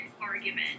argument